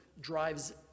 drives